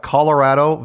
Colorado